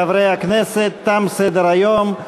חברי הכנסת, תם סדר-היום.